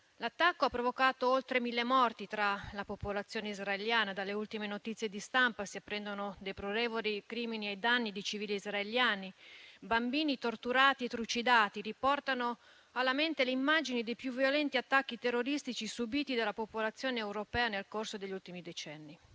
che ha provocato oltre mille morti tra la popolazione israeliana; dalle ultime notizie di stampa, si apprendono deplorevoli crimini ai danni di civili israeliani, che riportano alla mente le immagini dei più violenti attacchi terroristici subiti dalla popolazione europea nel corso degli ultimi decenni;